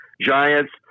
Giants